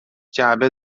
جعبه